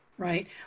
Right